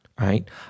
right